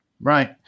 Right